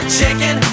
chicken